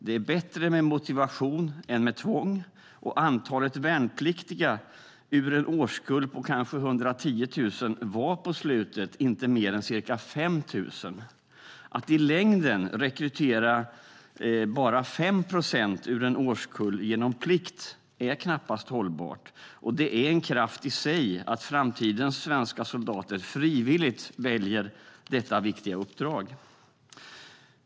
Det är bättre med motivation än med tvång, och antalet värnpliktiga ur en årskull på kanske 110 000 var på slutet inte mer än ca 5 000. Att rekrytera bara 5 procent ur en årskull genom plikt är i längden knappast hållbart, och det är en kraft i sig att framtidens svenska soldater frivilligt väljer detta viktiga uppdrag.